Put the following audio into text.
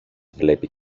βλέπει